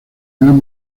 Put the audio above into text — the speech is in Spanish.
gran